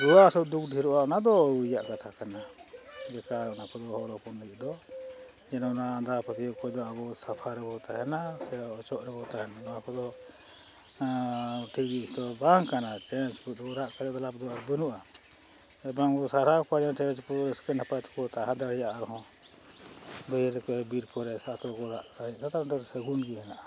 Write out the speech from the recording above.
ᱨᱩᱣᱟᱹ ᱦᱟᱹᱥᱩ ᱫᱩᱠ ᱰᱷᱮᱨᱚᱜᱼᱟ ᱚᱱᱟ ᱫᱚ ᱟᱹᱣᱲᱤᱭᱟᱜ ᱠᱟᱛᱷᱟ ᱠᱟᱱᱟ ᱵᱮᱠᱟᱨ ᱚᱱᱟ ᱠᱚᱫᱚ ᱦᱚᱲ ᱦᱚᱯᱚᱱ ᱞᱟᱹᱜᱤᱫ ᱫᱚ ᱡᱮᱱᱚ ᱚᱱᱟ ᱟᱸᱫᱷᱟ ᱯᱟᱹᱛᱭᱟᱹᱣ ᱠᱷᱚᱱ ᱫᱚ ᱟᱵᱚ ᱥᱟᱯᱷᱟ ᱨᱮᱵᱚᱱ ᱛᱟᱦᱮᱱᱟ ᱥᱮ ᱚᱪᱚᱜ ᱨᱮᱵᱚᱱ ᱛᱟᱦᱮᱱᱟ ᱱᱚᱣᱟ ᱠᱚᱫᱚ ᱴᱷᱤᱠ ᱫᱚ ᱵᱟᱝ ᱠᱟᱱᱟ ᱪᱮᱬᱮ ᱠᱚ ᱰᱩᱨ ᱨᱟᱜ ᱠᱟᱛᱮᱫ ᱫᱚ ᱞᱟᱵᱽ ᱫᱚ ᱵᱟᱹᱱᱩᱜᱼᱟ ᱵᱟᱝ ᱵᱚᱱ ᱥᱟᱨᱦᱟᱣ ᱠᱚᱣᱟ ᱡᱟᱛᱮ ᱪᱮᱬᱮ ᱪᱤᱯᱨᱩᱡ ᱨᱟᱹᱥᱠᱟᱹ ᱱᱟᱯᱟᱭ ᱛᱮᱠᱚ ᱛᱟᱦᱮᱸ ᱫᱟᱲᱮᱭᱟᱜ ᱟᱨᱦᱚᱸ ᱵᱟᱹᱭᱦᱟᱹᱲ ᱨᱮᱠᱚ ᱵᱤᱨ ᱠᱚᱨᱮᱫ ᱟᱛᱳ ᱠᱚ ᱨᱟᱜᱽ ᱠᱷᱟᱱ ᱚᱸᱰᱮ ᱥᱟᱹᱜᱩᱱ ᱜᱮ ᱦᱮᱱᱟᱜᱼᱟ